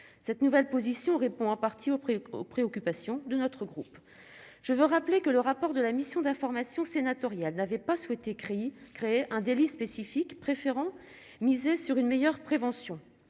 cette nouvelle position répond en partie aux prix, aux préoccupations de notre groupe, je veux rappeler que le rapport de la mission d'information sénatoriale n'avait pas souhaité créer un délit spécifique, préférant miser sur une meilleure prévention